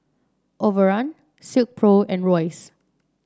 Overrun Silkpro and Royce